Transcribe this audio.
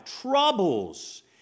troubles